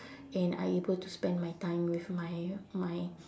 and I able to spend my time with my my